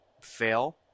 fail